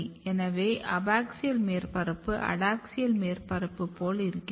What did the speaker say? ஆகவே அபாக்ஸியல் மேற்பரப்பு அடாக்ஸியல் மேற்பரப்பு போல இருக்கிறது